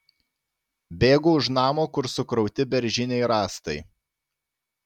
bėgu už namo kur sukrauti beržiniai rąstai